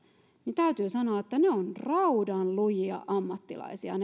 niin täytyy sanoa että ne vanhanajan kodinhoitajat ovat raudanlujia ammattilaisia